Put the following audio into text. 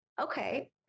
okay